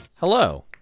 Hello